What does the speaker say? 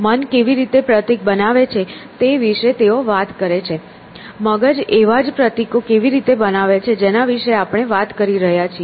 મન કેવી રીતે પ્રતીક બનાવે છે તે વિશે તેઓ વાત કરે છે મગજ એવા જ પ્રતીકો કેવી રીતે બનાવે છે જેના વિશે આપણે વાત કરી રહ્યા છીએ